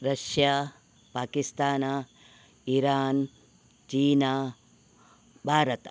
Russia Pakistan Iran China Bharat